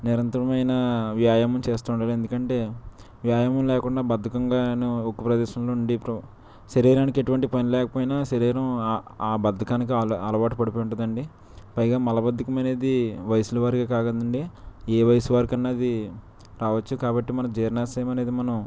నిరంతరమైన వ్యాయామం చేస్తూ ఉండాలి ఎందుకంటే వ్యాయామం లేకుండా బద్ధకం గాను ఒక్క ప్రదేశంలో ఉండి శరీరానికి ఎటువంటి పని లేకపోయినా శరీరం ఆ బద్ధకానికి అలవాటు పడిపోయి ఉంటుందండి పైగా మలబద్దకం అనేది వయసుల వారిగా కాదండి ఏ వయసు వారికన్నా అది రావచ్చు కాబట్టి మన జీర్ణాశయం అనేది మనం